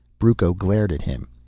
brucco glared at him.